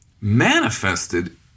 manifested